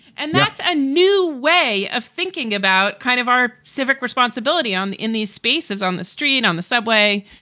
and that's a new way of thinking about kind of our civic responsibility on in these spaces, on the street, on the subway.